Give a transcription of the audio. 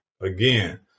again